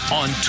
on